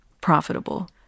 profitable